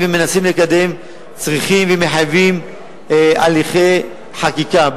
ומנסים לקדם צריכים ומחייבים הליכי חקיקה.